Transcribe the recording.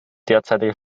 derzeitige